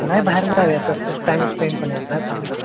नाही बाहेर जाऊया तसंच टाइम श्पेंड पण होईल ना चांगला